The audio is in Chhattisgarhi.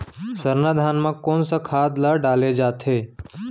सरना धान म कोन सा खाद ला डाले जाथे?